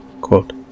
Quote